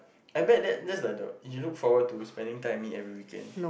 I bet that that's like the you look forward to spending time with me every weekend